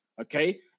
okay